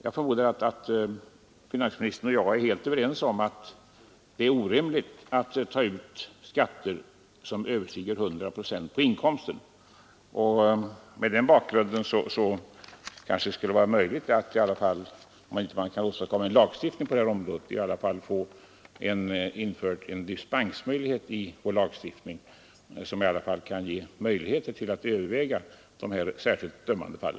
Jag förmodar att finansministern och jag är helt överens om att det är orimligt att ta ut skatter som överstiger 100 procent av inkomsten. Mot den bakgrunden kanske det skulle vara möjligt att, om inte att åstadkomma en lagstiftning, så i alla fall införa en dispensmöjlighet i lagstiftningen som kan ge möjligheter att överväga dessa särskilt ömmande fall.